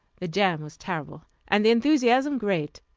the jam was terrible, and the enthusiasm great.